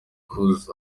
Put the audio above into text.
cruz